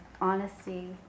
honesty